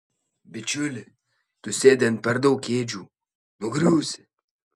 bičiuli tu sėdi ant per daug kėdžių nugriūsi